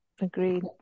agreed